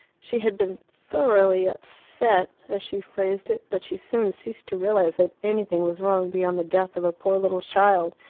she had been thoroughly upset as she phrased it, but she soon ceased to realize that anything was wrong beyond the death of a poor little child.